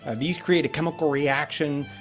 and these create a chemical reaction.